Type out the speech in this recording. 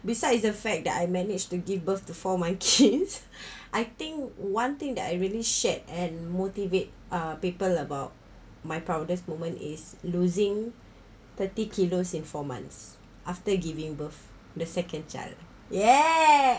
besides it's the fact that I managed to give birth to four monkeys I think one thing that I really shared and motivate uh people about my proudest moment is losing thirty kilos in four months after giving birth the second child yeah